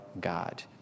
God